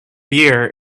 year